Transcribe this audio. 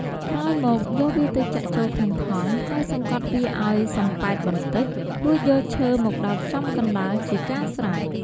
ក្រោយមក យកវាទៅចាក់ចូលក្នុងថង់ ហើយសង្កត់វាអោយសម្ពែតបន្តិច រួចយកឈើមកដោតចំកណ្ដាលជាកាស្រេច។